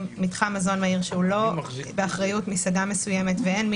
מתחם מזון מהיר שהוא לא באחריות מסעדה מסוימת ואין שם